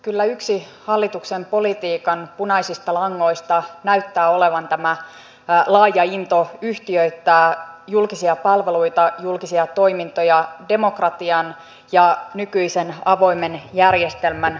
kyllä yksi hallituksen politiikan punaisista langoista näyttää olevan tämä laaja into yhtiöittää julkisia palveluita ja julkisia toimintoja demokratian ja nykyisen avoimen järjestelmän ulottumattomiin